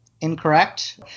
Incorrect